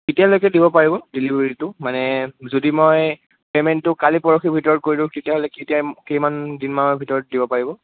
কেতিয়ালৈকে দিব পাৰিব ডেলিভাৰীটো মানে যদি মই পে'মেণ্টটো কালি পৰসিৰ ভিতৰত কৰি দিওঁ তেতিয়াহ'লে কিমান দিনমানৰ ভিতৰত দিব পাৰিব